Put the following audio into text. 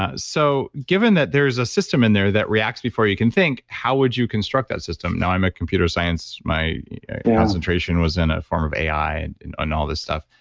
ah so given that there is a system in there that reacts before you can think, how would you construct that system? now i'm a computer science, my concentration was in a form of ai and and all this stuff.